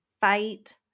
fight